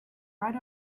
right